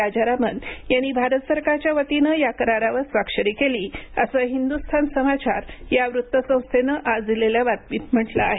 राजारामन यांनी भारत सरकारच्या वतीने या करारावर स्वाक्षरी केली असं हिंदुस्तान समाचार या वृत्त संस्थेनं आज दिलेल्या बातमीत म्हटलं आहे